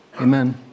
Amen